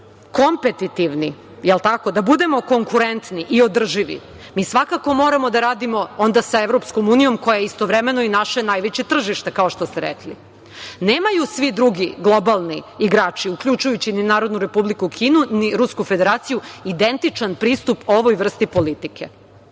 kompetitivni, da budemo konkurentni i održivi, mi svakako moramo da radimo sa EU koja je istovremeno i naše najveće tržište, kao što ste rekli. Nemaju svi drugi globalni igrači, uključujući i Narodnu Republiku Kinu ni Rusku Federaciju, identičan pristup ovoj vrsti politike.